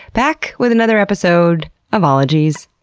back with another episode of ologies.